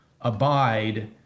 abide